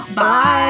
Bye